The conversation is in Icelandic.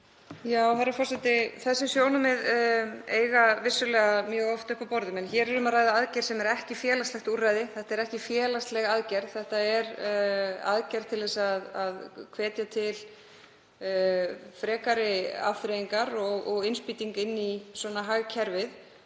Þessi sjónarmið eru vissulega mjög oft uppi á borðum en hér er um að ræða aðgerð sem er ekki félagslegt úrræði. Þetta er ekki félagsleg aðgerð. Þetta er aðgerð til þess að hvetja til frekari afþreyingar og sem innspýting í hagkerfið.